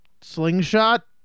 slingshot